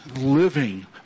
Living